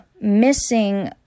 missing